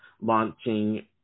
launching